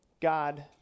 God